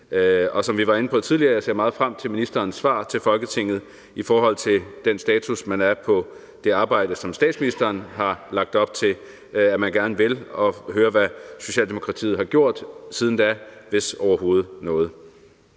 Som vi var inde på tidligere, ser jeg meget frem til ministerens svar til Folketinget i forhold til den status, der er på det arbejde, som statsministeren har lagt op til at man gerne vil, og at høre, hvad Socialdemokratiet har gjort siden da, hvis overhovedet noget.